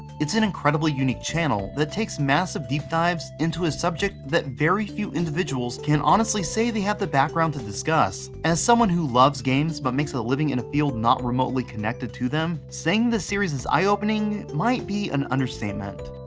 it's an incredibly unique channel that takes massive deep dives into a subject that very few individuals can honestly say they have the background to discuss. as someone who loves games but makes a living in a field not remotely connected to them, saying this series is eyeopening might be an understatement.